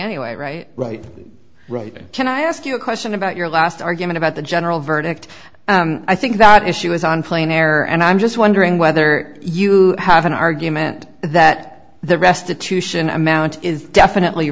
anyway right right right can i ask you a question about your last argument about the general verdict and i think that issue is on plain error and i'm just wondering whether you have an argument that the restitution amount is definitely